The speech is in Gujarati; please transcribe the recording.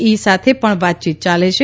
ઈ સાથે પણ વાતચીત યાલે છે